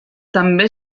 també